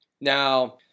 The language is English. Now